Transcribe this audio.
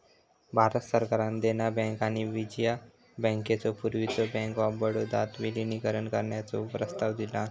भारत सरकारान देना बँक आणि विजया बँकेचो पूर्वीच्यो बँक ऑफ बडोदात विलीनीकरण करण्याचो प्रस्ताव दिलान